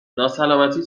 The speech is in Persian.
ناسلامتی